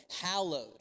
hallowed